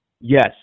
Yes